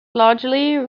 largely